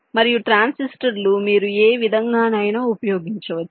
మరియు ట్రాన్సిస్టర్లు మీరు ఏ విధంగానైనా ఉపయోగించుకోవచ్చు